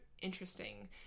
interesting